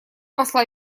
посла